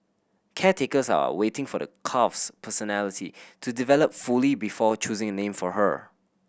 caretakers are waiting for the calf's personality to develop fully before choosing a name for her